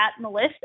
Melissa